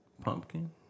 Pumpkin